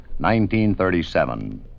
1937